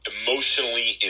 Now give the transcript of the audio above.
emotionally